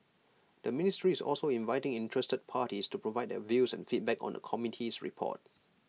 the ministry is also inviting interested parties to provide their views and feedback on the committee's report